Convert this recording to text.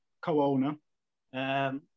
co-owner